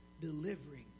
delivering